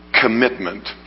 commitment